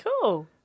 cool